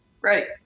Right